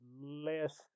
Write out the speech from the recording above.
less